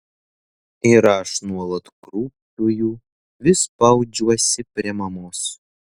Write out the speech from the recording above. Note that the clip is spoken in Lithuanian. ir aš nuolat krūpčioju vis spaudžiuosi prie mamos